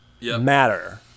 matter